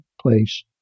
place